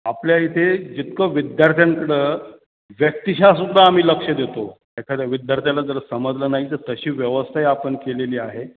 आपल्या इथे जितकं विद्यार्थ्यांकडं व्यक्तिशः सुद्धा आम्ही लक्ष देतो एखाद्या विद्यार्थ्याला जर समजलं नाही तर तशी व्यवस्थाही आपण केलेली आहे